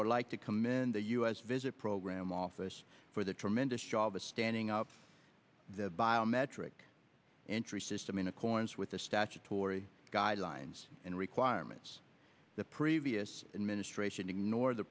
would like to commend the u s visit program office for the tremendous job of standing up the biometric entry system in accordance with the statutory guidelines and requirements the previous administration ignored the